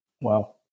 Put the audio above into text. Wow